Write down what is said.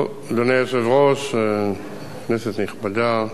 אדוני היושב-ראש, כנסת נכבדה,